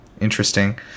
Interesting